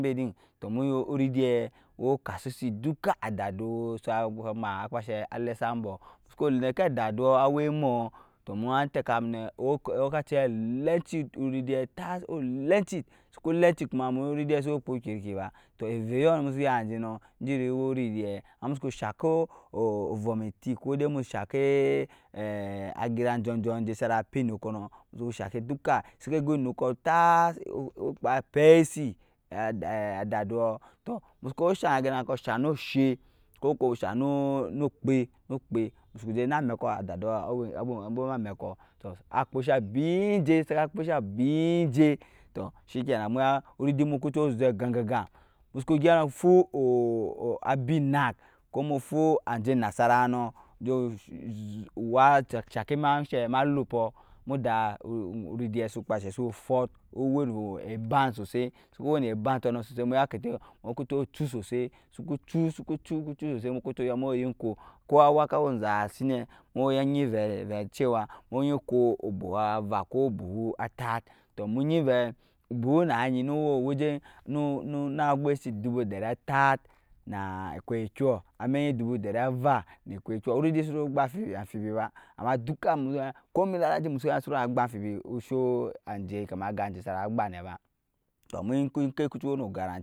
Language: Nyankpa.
tɔɔ mu yi aridiɛ wɔɔ kasusit adadɔɔ sa ma akpashɛ sa alɛsambɔɔ musuku nɛ kɛ adadɔɔ awɛi mɔɔ tɔɔ ma tɛkamu encht oridi tas olɛncit kuma lɛncit kuma tɔɔ muya oridi su kpu okirki ba tɔɔ evyɔɔ musu yajɛ nɔɔ jini wɔɔ oridi ama musuku shakɛi ovomitine kɔɔ dai mu shakai agirang jɔɔ jɔɔ nɔɔ sana pinukunɔɔ musulcu shakaki duka siki egɔɔ enukɔɔ tas ugba pɛisi adadɔrɔɔ tɔɔmusuku shang agɛirankɔɔ shang nushɛi kɔkoɔ shang nɔɔ kpɛi musuku jɛ mamɛkɔɔ adadɔɔrɔɔ awɛi na. mɛkɔɔ tɔɔ akpɔsha biɛjɛ saka kpɔsha biɛjɛ tɔɔ shikaina muya orudi mu kucu zɛ ggɔ ggɔggɔɔ musu gɛp fu abi enak kɔɔ mu fu ajɛ nasara nɔɔ jɛ wak shankɛ ma shɛi ma lumpɔɔ muda ridai su kposha su fɔɔt owɛi na eban sɔɔ sɔɔ suku wɛi nu ebentɔɔ muya kɛtai kucu chu soɔsoɔ sukuk chu mu yinko kɔɔ awa saka wɛi zasit nɛ mu enyi cowa mu enyi kɔɔ obuhuava kɔɔ buhu atat tɔɔ mu enyi vɛi obuhu naenyi nuwɛi wajɛ na gwuisit wɛjɛ adubu dɛr ata na agwɛkyɔɔ amɛnyi dubu dɛri ava nu ekyɛkyɔ oridi sunu gba amfibi baama mu ya kɔɔ sana gba nɛ ba tɔɔ mu enyi ejkɛ kucu wɛi nu garanti,